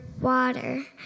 water